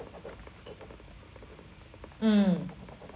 mm